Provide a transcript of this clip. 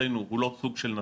מבחינתנו הוא לא סוג של נשא,